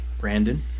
Brandon